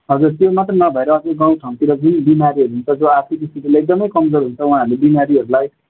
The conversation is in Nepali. हजुर त्यो मात्रै नभएर अझै गाउँ ठाउँतिर जुन बिमारीहरू हुन्छ जो आर्थिक स्थितिले एकदमै कमजोर हुन्छ उहाँहरूले बिमारीहरूलाई